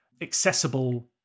accessible